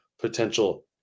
potential